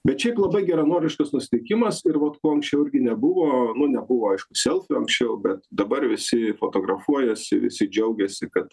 bet šiaip labai geranoriškas nusiteikimas ir vat ko anksčiau irgi nebuvo nebuvo aišku selfių anksčiau bet dabar visi fotografuojasi visi džiaugiasi kad